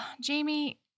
Jamie